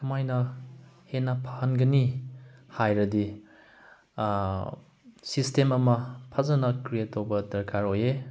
ꯀꯃꯥꯏꯅ ꯍꯦꯟꯅ ꯐꯍꯟꯒꯅꯤ ꯍꯥꯏꯔꯗꯤ ꯁꯤꯁꯇꯦꯝ ꯑꯃ ꯐꯖꯅ ꯀ꯭ꯔꯤꯌꯦꯠ ꯇꯧꯕ ꯗꯔꯀꯥꯔ ꯑꯣꯏꯌꯦ